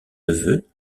neveu